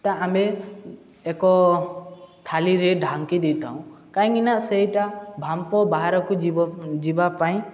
ତା' ଆମେ ଏକ ଥାଳିରେ ଢାଙ୍କି ଦେଇଥାଉ କାହିଁକିନା ସେଇଟା ବାମ୍ଫ ବାହାରକୁ ଯିବା ପାଇଁ